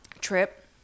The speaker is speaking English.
trip